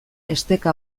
esteka